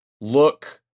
look